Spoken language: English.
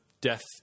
Death